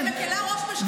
אני מקילה ראש בשקרים?